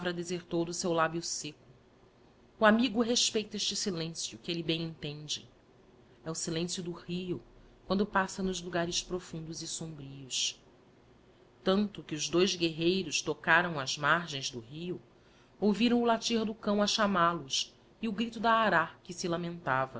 palavra desertou do seu lábio secco o amigo respeita este silencio que elle bem entende e o silencio do rio quando passa nos logares profundos e sombrios tanto que os dois guerreiros tocaram as mardigiti zedby google gens do rio ouviram o latir do cso a chamal os e o grito da ará que ee lamentava